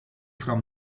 from